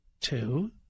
Two